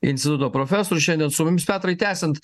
instituto profesorius šiandien su mumis petrai tęsiant